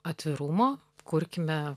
atvirumo kurkime